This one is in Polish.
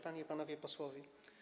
Panie i Panowie Posłowie!